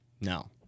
No